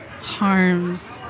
harms